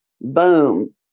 boom